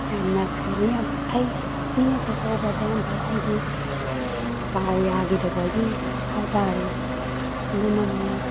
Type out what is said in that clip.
ꯌꯥꯝꯅ ꯀꯩꯅꯣ ꯌꯥꯝ ꯐꯩ ꯃꯤꯅ ꯁꯦꯠꯄ ꯎꯕꯗ ꯌꯥꯝ ꯐꯩ ꯑꯩꯒꯤ ꯗꯥꯎ ꯌꯥꯈꯤꯗꯕꯒꯤ ꯍꯥꯏꯕ ꯇꯥꯔꯦ ꯑꯗꯨꯅꯅꯤ